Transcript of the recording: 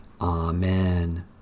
Amen